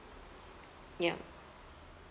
ya